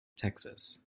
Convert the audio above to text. texas